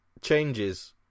changes